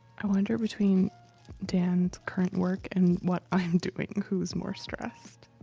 i wonder between dan's current work and what i am doing, who's more stressed?